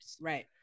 Right